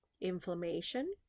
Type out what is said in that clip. inflammation